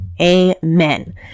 Amen